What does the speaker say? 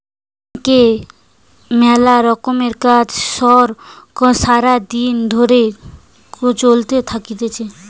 ব্যাংকে মেলা রকমের কাজ কর্ সারা দিন ধরে চলতে থাকতিছে